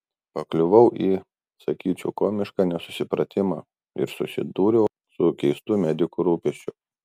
pakliuvau į sakyčiau komišką nesusipratimą ir susidūriau su keistu medikų rūpesčiu